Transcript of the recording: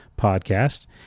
Podcast